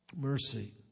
mercy